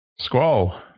Squall